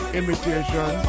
imitation